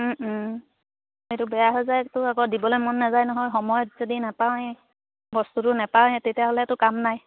এইটো বেয়া হৈ যায়টো আকৌ দিবলৈ মন নাযায় নহয় সময়ত যদি নোপাওঁৱেই বস্তুটো নেপায়ওঁ তেতিয়াহ'লেতো কাম নাই